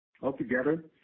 Altogether